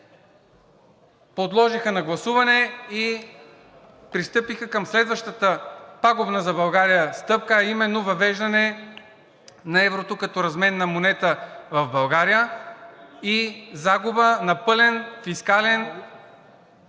подложиха на гласуване и пристъпиха към следващата пагубна за България стъпка, а именно въвеждане на еврото като разменна монета в България и загуба на пълен фискален и